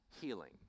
healing